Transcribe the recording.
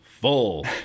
full